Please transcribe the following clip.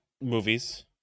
movies